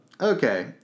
Okay